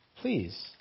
Please